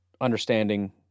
understanding